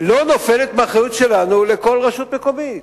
לא נופלת מהאחריות שלנו לכל מחלקה ממשלתית.